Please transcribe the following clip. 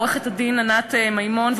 עורכת-הדין ענת מימון,